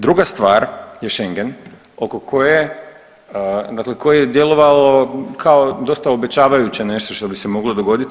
Druga stvar je Schengen oko koje, dakle koji je djelovao kao dosta obećavajuće nešto što bi se moglo dogoditi.